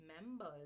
members